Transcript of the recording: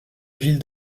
ville